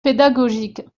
pédagogiques